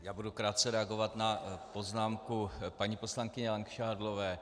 Já budu krátce reagovat na poznámku paní poslankyně Langšádlové.